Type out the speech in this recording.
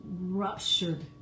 ruptured